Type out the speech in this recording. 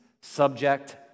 Subject